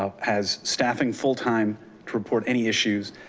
ah has staffing full time to report any issues.